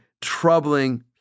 troubling